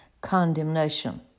condemnation